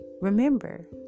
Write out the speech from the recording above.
remember